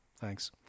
Thanks